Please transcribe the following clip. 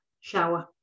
shower